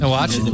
Watch